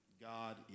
God